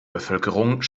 bevölkerung